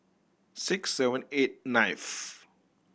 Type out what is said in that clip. six seven eight ninth